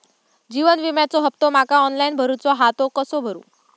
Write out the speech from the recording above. जीवन विम्याचो हफ्तो माका ऑनलाइन भरूचो हा तो कसो भरू?